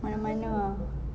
mana-mana ah